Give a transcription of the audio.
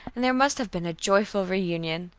and there must have been a joyful reunion.